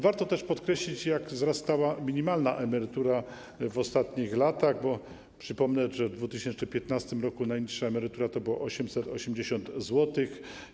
Warto też podkreślić, jak wzrastała minimalna emerytura w ostatnich latach, bo przypomnę, że w 2015 r. najniższa emerytura wynosiła 880 zł.